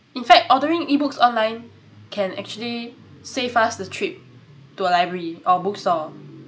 in fact ordering e-books online can actually save us the trip to a library or bookstore